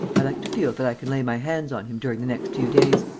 i like to feel that i can lay my hands on him during the next few days.